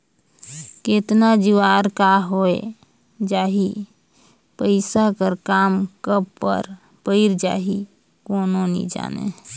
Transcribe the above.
केतना जुवार का होए जाही, पइसा कर काम कब पइर जाही, कोनो नी जानें